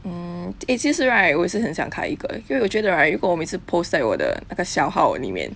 mm eh 其实 right 我也是很想开一个因为我觉得 right 如果我每次 post 在我的那个小号里面